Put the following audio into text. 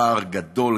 הפער גדול,